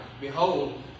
Behold